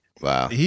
Wow